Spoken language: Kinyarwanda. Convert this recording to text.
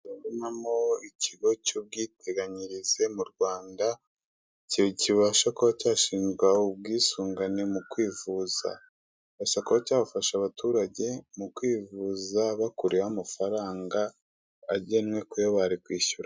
Ndabonamo ikigo cy'ubwiteganyirize mu Rwanda, kibasha kuba cyashinga ubwisungane mu kwivuza, kibasha kuba cyafasha abaturage mu kwivuza bakuriweho amafaranga agenwe kuyo bari kwishyura.